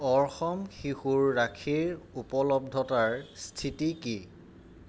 অৰ্খম শিশুৰ ৰাখীৰ উপলব্ধতাৰ স্থিতি কি